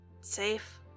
safe